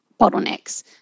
bottlenecks